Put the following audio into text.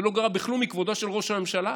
זה לא גורע בכלום מכבודו של ראש הממשלה.